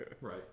Right